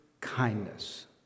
kindness